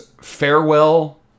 farewell